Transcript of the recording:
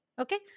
Okay